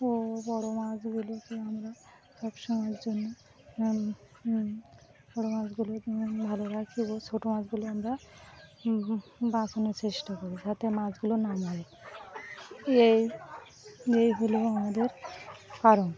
ও বড়ো মাছগুলোকে আমরা সব সময়ের জন্য বড়ো মাছগুলো ভালো বাখি ও ছোট মাছগুলো আমরা বাঁচানোর চেষ্টা করি যাতে মাছগুলো না মারে এই এই হলো আমাদের কারণ